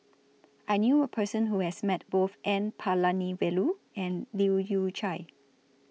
I knew A Person Who has Met Both N Palanivelu and Leu Yew Chye